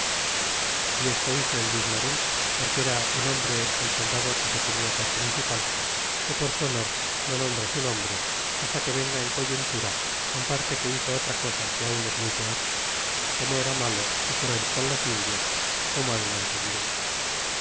y esto hizo el luis marín porque era un hombre el soldado que se tenia por principal que por su honor no nombro su nombre hasta que venga en coyuntura en parte que hizo otra cosa que aun es muy peor como era malo y cruel con los indios como adelante diré